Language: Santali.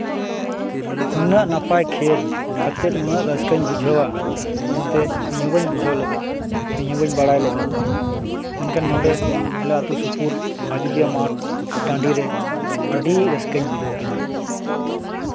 ᱱᱩᱱᱟᱹᱜ ᱱᱟᱯᱟᱭ ᱠᱷᱮᱹᱞ ᱠᱟᱛᱮ ᱱᱩᱱᱟᱹᱜ ᱨᱟᱹᱥᱠᱟᱹᱧ ᱵᱩᱡᱷᱟᱹᱣᱟ ᱮᱱᱛᱮᱫ ᱤᱧ ᱦᱚᱸ ᱵᱟᱹᱧ ᱵᱩᱡᱷᱟᱹᱣ ᱞᱮᱫᱟ ᱥᱮ ᱤᱧ ᱦᱚᱸ ᱵᱟᱹᱧ ᱵᱟᱲᱟᱭ ᱞᱮᱫᱟ ᱢᱮᱱᱠᱷᱟᱱ ᱱᱚᱰᱮ ᱟᱞᱮ ᱟᱛᱳ ᱥᱩᱯᱩᱨ ᱟᱡᱳᱫᱤᱭᱟᱹ ᱢᱟᱴᱷ ᱥᱮ ᱴᱟᱺᱰᱤ ᱨᱮ ᱟᱹᱰᱤ ᱨᱟᱹᱥᱠᱟᱹᱧ ᱵᱩᱡᱷᱟᱹᱣ ᱠᱮᱫᱟ